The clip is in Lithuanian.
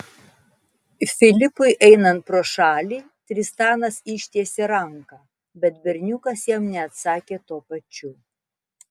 filipui einant pro šalį tristanas ištiesė ranką bet berniukas jam neatsakė tuo pačiu